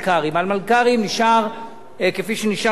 על מלכ"רים נשאר כפי שנשאר בעבר.